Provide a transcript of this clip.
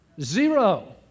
zero